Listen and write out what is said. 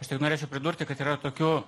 aš tik norėčiau pridurti kad yra tokių